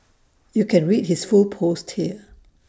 you can read his full post here